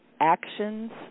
actions